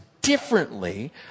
differently